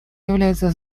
является